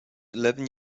eleven